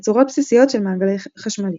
תצורות בסיסיות של מעגל חשמלי